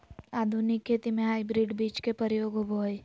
आधुनिक खेती में हाइब्रिड बीज के प्रयोग होबो हइ